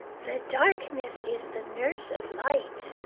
the darkness is the nurse of light,